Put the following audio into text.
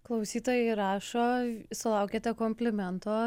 klausytojai rašo sulaukiate komplimento